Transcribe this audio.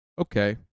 Okay